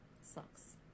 sucks